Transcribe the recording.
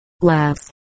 laughs